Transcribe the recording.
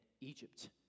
Egypt